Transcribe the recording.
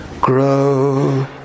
grow